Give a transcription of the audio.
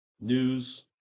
news